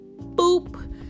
boop